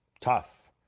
Tough